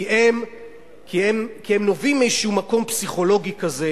כי הם נובעים מאיזה מקום פסיכולוגי כזה